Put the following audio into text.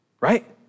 Right